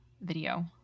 video